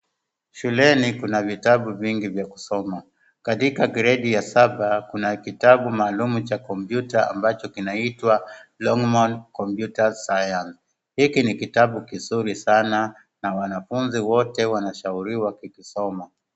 Shuleni kuna vitabu vingi vya kusoma. Katika gredi ya saba kuna kitabu maalum cha kompyuta ambacho kinaitwa Longhorn Computer science. Hiki ni kitabu kizuri sana na wanafunzi wote wanashauriwa kukisoma.